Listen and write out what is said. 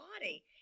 body